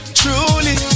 truly